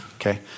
Okay